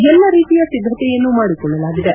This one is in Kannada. ಎಲ್ಲ ರೀತಿಯ ಸಿದ್ದತೆಯನ್ನೂ ಮಾಡಿಕೊಳ್ಳಲಾಗಿದೆ